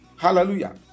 Hallelujah